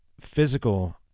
physical